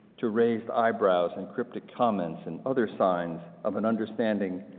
to raised eyebrows and cryptic comments and other signs of an understanding,